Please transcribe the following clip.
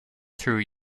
through